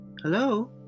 Hello